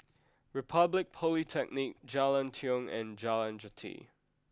Republic Polytechnic Jalan Tiong and Jalan Jati